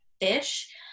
fish